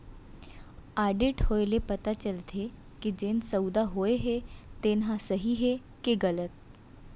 audit होए ले पता चलथे के जेन सउदा होए हे तेन ह सही हे के गलत